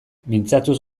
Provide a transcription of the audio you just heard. mintzatuz